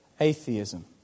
atheism